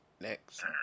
next